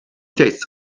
tastes